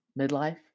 midlife